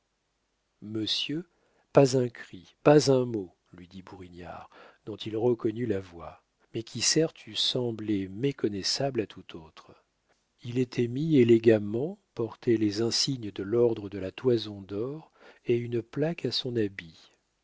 monsieur pas un cri pas un mot lui dit bourignard dont il reconnut la voix mais qui certes eût semblé méconnaissable à tout autre il était mis élégamment portait les insignes de l'ordre de la toison dor et une plaque à son habit